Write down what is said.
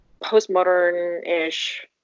postmodern-ish